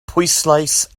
pwyslais